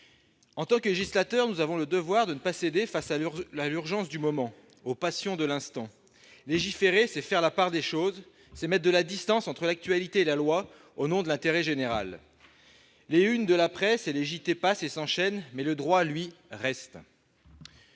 En tant que législateurs, nous avons le devoir de ne pas céder à l'urgence du moment ou aux passions de l'instant. Légiférer, c'est faire la part des choses ; c'est mettre de la distance entre l'actualité et la loi, au nom de l'intérêt général. Les « unes » de la presse et les journaux télévisés passent et s'enchaînent, le droit reste.